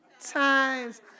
times